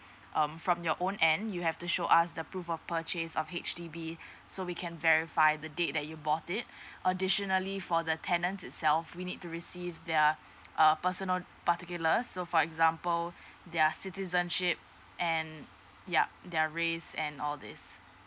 um from your own end you have to show us the proof of purchase of H_D_B so we can verify the date that you bought it additionally for the tenant itself we need to receive their uh personal particular so for example their citizenship and yup their race and all these